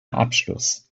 abschluss